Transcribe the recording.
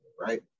right